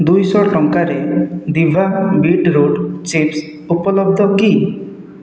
ଦୁଇଶହ ଟଙ୍କାରେ ଦିଭା ବିଟ୍ ରୁଟ୍ ଚିପ୍ସ ଉପଲବ୍ଧ କି